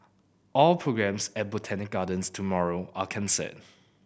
all programmes at Botanic Gardens tomorrow are cancer